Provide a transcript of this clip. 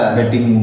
betting